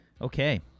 Okay